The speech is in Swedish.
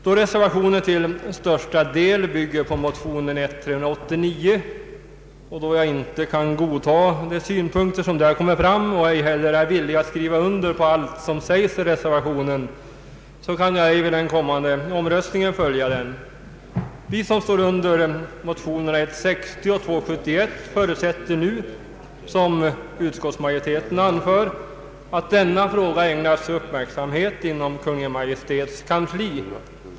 Då reservationen till största delen bygger på motion I:389 och eftersom jag inte kan godta de synpunkter som där kommit fram samt inte heller är villig att skriva under på allt som sägs i reservationen kan jag vid den kommande omröstningen ej följa den. Motionärerna bakom =<:motionerna 1:60 och II: 71 förutsätter att frågan, som utskottsmajoriteten anför, ägnas uppmärksamhet inom Kungl. Maj:ts kansli.